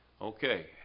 Okay